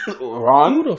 Ron